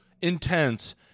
intense